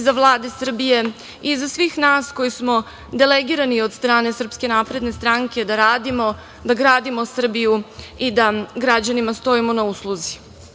iza Vlade Srbije i iza svih nas koji smo delegirani od strane SNS da radimo, da gradimo Srbiju i da građanima stojimo na usluzi.S